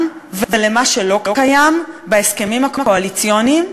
ולמה שלא קיים בהסכמים הקואליציוניים.